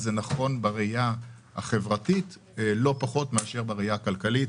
זה נכון בראייה החברתית לא פחות מאשר בראייה הכלכלית,